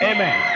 Amen